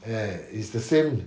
ya it's the same